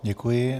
Děkuji.